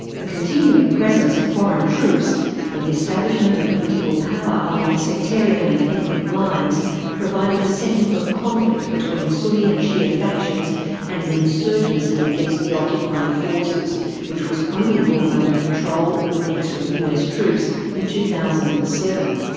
the continuing presence of foreign troops and the establishment of political power along sectarian and ethnic lines provided the setting for conflict between sunni and shia factions and an insurgency against the occupying forces which was only brought under control with extra us troops in two thousand and seven.